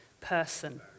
person